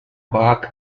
bach